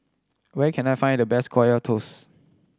where can I find the best Kaya Toast